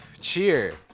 Cheer